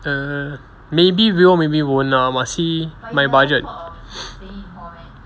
err maybe will maybe won't lah I must see my budget